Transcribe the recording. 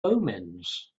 omens